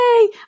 Yay